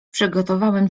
przygotowałem